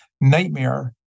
nightmare